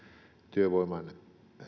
työvoiman